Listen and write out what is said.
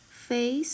face